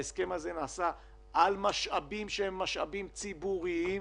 ההסכם הזה נעשה על משאבים שהם משאבים ציבוריים.